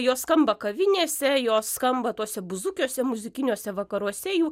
jos skamba kavinėse jos skamba tuose buzukiuose muzikiniuose vakaruose jų